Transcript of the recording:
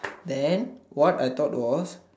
then what I thought was